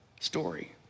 story